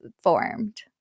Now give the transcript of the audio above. formed